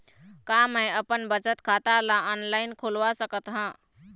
का मैं अपन बचत खाता ला ऑनलाइन खोलवा सकत ह?